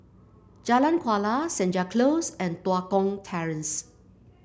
Jalan Kuala Senja Close and Tua Kong Terrace